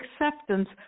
acceptance